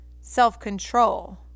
self-control